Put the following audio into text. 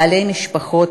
בעלי משפחות,